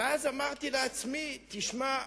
אמרתי לעצמי: תשמע,